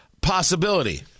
possibility